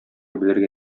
белергә